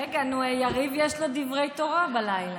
רגע, נו, יריב, יש לו דברי תורה בלילה.